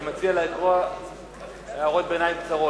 אני מציע לקרוא הערות ביניים קצרות.